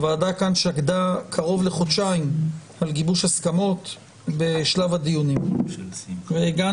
הוועדה כאן שקדה קרוב לחודשיים על גיבוש הסכמות בשלב הדיונים והגענו